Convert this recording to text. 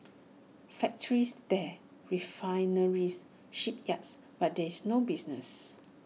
factories there refineries shipyards but there's no business